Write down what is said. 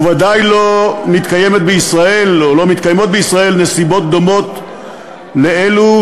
וודאי לא מתקיימות בישראל נסיבות דומות לאלו